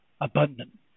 abundant